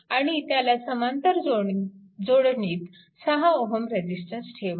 आणि त्याला समांतर जोडणीत 6 Ω रेजिस्टन्स ठेवा